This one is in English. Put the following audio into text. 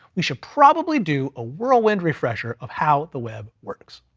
we should probably do a whirlwind refresher of how the web works.